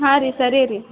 ಹಾಂ ರೀ ಸರಿ ರೀ